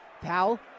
Powell